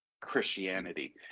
Christianity